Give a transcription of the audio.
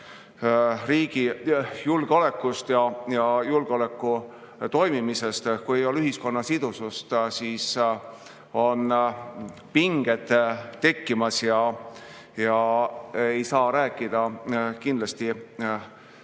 riigi julgeolekust ja julgeoleku toimimisest. Kui ei ole ühiskonna sidusust, siis on pinged tekkimas ja kindlasti